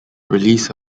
release